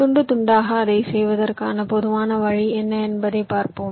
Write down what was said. துண்டு துண்டாக அதைச் செய்வதற்கான பொதுவான வழி என்ன என்பதைப் பார்ப்போம்